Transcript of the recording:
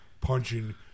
punching